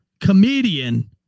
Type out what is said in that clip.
comedian